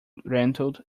rattled